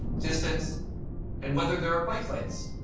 distance and whether there are bike lanes.